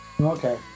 Okay